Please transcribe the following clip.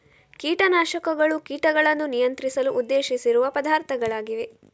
ಕೀಟ ನಾಶಕಗಳು ಕೀಟಗಳನ್ನು ನಿಯಂತ್ರಿಸಲು ಉದ್ದೇಶಿಸಿರುವ ಪದಾರ್ಥಗಳಾಗಿವೆ